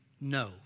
no